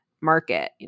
market